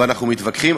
ואנחנו מתווכחים,